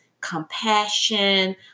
compassion